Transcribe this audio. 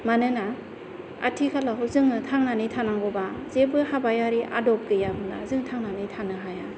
मानोना आथिखालावथ' जोङो थांनानै थानांगौबा जेबो हाबायारि आदब गैयाब्ला जों थांनानै थानो हाया